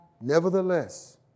nevertheless